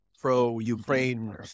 pro-Ukraine